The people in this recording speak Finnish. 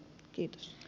kiitos